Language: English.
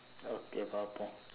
okay about that